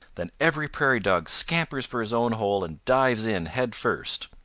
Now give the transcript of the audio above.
then every prairie dog scampers for his own hole and dives in head first.